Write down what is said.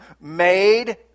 made